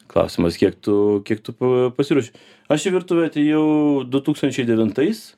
klausimas kiek tu kiek tu pasiruoši aš į virtuvę atėjau du tūkstančiai devintais